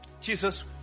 Jesus